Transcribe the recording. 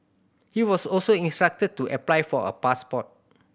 he was also instructed to apply for a passport